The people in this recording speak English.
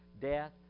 death